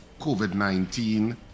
COVID-19